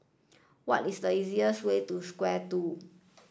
what is the easiest way to Square two